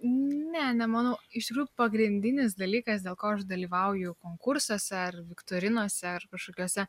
ne nemanau iš tikrųjų pagrindinis dalykas dėl ko aš dalyvauju konkursuose ar viktorinose ar kažkokiuose